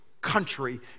Country